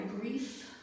grief